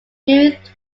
toothed